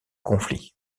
conflit